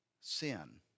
sin